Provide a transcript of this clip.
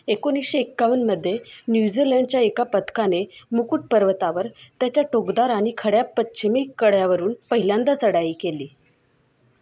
एकोणीसशे एक्कावनमध्ये न्यूझीलँडच्या एका पदकाने मुकूट पर्वतावर त्याच्या टोकदार आणि खड्या पच्छिमी कड्यावरून पहिल्यांदा चढाई केली